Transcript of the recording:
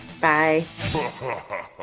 Bye